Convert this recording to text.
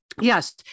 yes